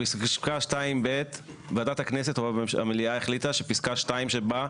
פסקה (2)(ב) וועדת הכנסת או המליאה החליטה שפסקה (2) שבה,